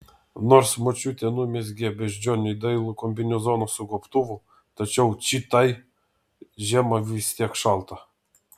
nors močiutė numezgė beždžionei dailų kombinezoną su gobtuvu tačiau čitai žiemą vis tiek šalta